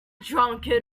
drunkard